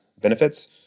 benefits